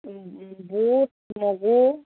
বুট মগু